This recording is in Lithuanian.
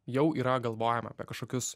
jau yra galvojama apie kažkokius